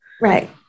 Right